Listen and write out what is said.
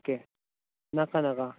okay नाका नाका